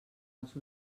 els